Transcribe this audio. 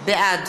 בעד